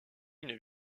une